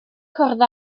cwrdd